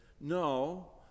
no